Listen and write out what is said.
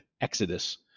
exodus